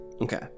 Okay